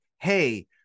Hey